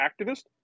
activist